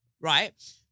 right